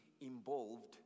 involved